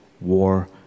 war